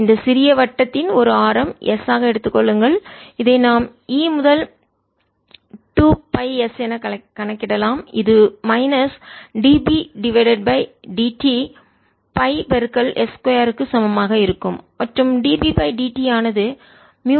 இந்த சிறிய வட்டத்தின் ஒரு ஆரம் S ஆக எடுத்துக் கொள்ளுங்கள் இதை நாம் E முதல் 2 pi s என கணக்கிடலாம் இது minus dB dt pi s 2 க்கு சமமாக இருக்கும் மற்றும் dB dt ஆனது மியூ0 n dIdt ஆகும்